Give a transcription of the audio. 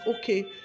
Okay